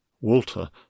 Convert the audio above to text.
walter